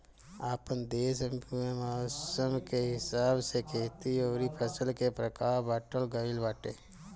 आपन देस में मौसम के हिसाब से खेती अउरी फसल के प्रकार बाँटल गइल बाटे